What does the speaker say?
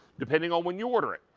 depending on when you're ordered.